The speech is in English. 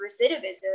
recidivism